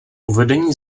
uvedení